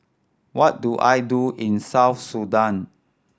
what do I do in South Sudan